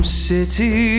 city